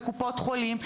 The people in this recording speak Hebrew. וקופות חולים,